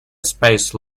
space